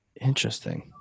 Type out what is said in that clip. Interesting